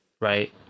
Right